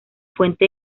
fuente